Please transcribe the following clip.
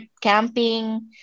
camping